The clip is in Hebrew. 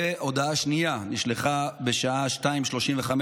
הודעה שנייה נשלחה בשעה 14:35,